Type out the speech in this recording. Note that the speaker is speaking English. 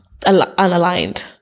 unaligned